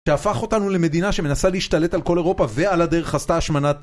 שהפך אותנו למדינה שמנסה להשתלט על כל אירופה ועל הדרך עשתה השמנת...